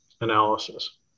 analysis